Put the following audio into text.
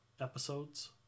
episodes